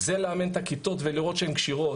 זה לאמן את הכיתות ולראות שהן כשירות,